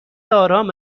آرام